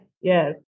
Yes